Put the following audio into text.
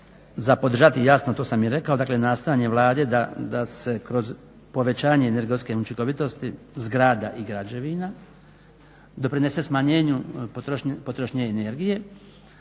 za podržati jasno to sam i rekao nastojanje Vlade da se kroz povećanje energetske učinkovitosti, zgrada i građevina doprinese smanjenju potrošnje energije